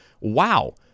Wow